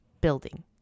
building